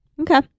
Okay